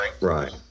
Right